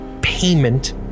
payment